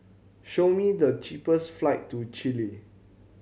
show me the cheapest flights to Chile